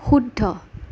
শুদ্ধ